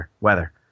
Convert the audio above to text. weather